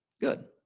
good